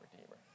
redeemer